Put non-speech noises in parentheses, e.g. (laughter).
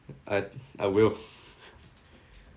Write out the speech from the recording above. I I will (laughs)